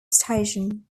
station